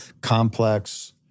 complex